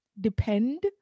depend